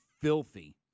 filthy